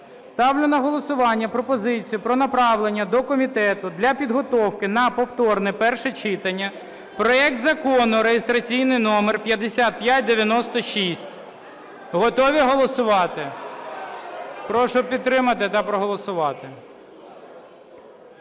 Ставлю на голосування пропозицію про направлення до комітету для підготовки на повторне перше читання проект Закону (реєстраційний номер 5596). Готові голосувати? Прошу підтримати та проголосувати.